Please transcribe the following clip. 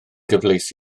gyfleus